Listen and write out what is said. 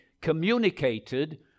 communicated